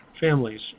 families